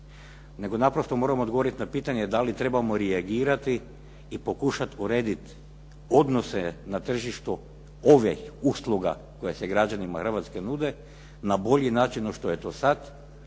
Nego naprosto moramo odgovoriti na pitanje da li trebamo reagirati i pokušati urediti odnose na tržištu ove usluga koje se građanima Hrvatske nude na bolji način nego što je to sada,